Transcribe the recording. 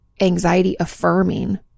anxiety-affirming